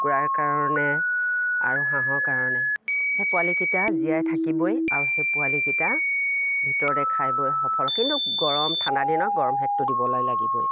কুকুৰাৰ কাৰণে আৰু হাঁহৰ কাৰণে সেই পোৱালিকেইটা জীয়াই থাকিবই আৰু সেই পোৱালিকেইটা ভিতৰতে খাই বৈ সফল কিন্তু গৰম ঠাণ্ডাদিনত গৰম সেকটো দিবলৈ লাগিবই